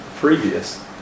previous